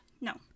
No